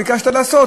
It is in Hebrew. ביקשת לעשות.